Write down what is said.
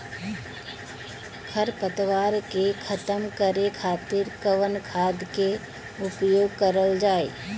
खर पतवार के खतम करे खातिर कवन खाद के उपयोग करल जाई?